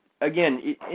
again